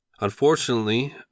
Unfortunately